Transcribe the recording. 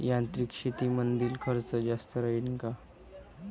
यांत्रिक शेतीमंदील खर्च जास्त राहीन का?